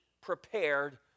prepared